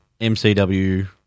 MCW